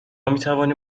میتوانیم